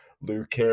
Luke